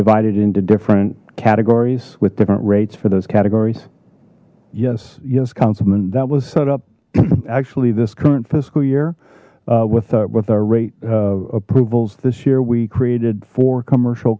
divided into different categories with different rates for those categories yes yes councilman that was set up actually this current fiscal year with with our rate approvals this year we created for commercial